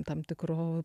tam tikru